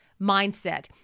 mindset